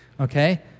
okay